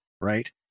right